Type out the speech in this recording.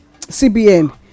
cbn